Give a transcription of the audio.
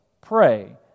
pray